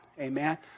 Amen